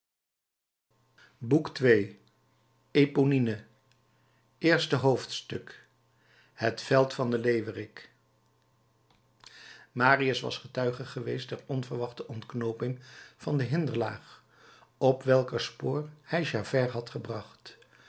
boek ii eponine eerste hoofdstuk het veld van de leeuwerik marius was getuige geweest der onverwachte ontknooping van de hinderlaag op welker spoor hij javert had gebracht